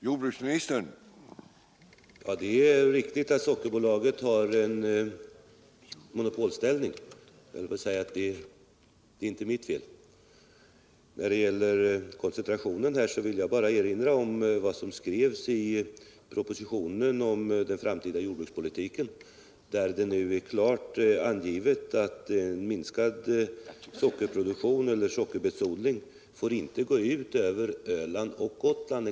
Herr talman! Det är riktigt att Sockerbolaget har en monopolställning, men det är — höll jag på att säga — inte mitt fel. När det gäller koncentrationen vill jag bara erinra om vad som skrevs i propositionen om den framtida jordbrukspolitiken. Det angavs där klart att en minskad sockerproduktion inte får gå ut över Öland och Gotland.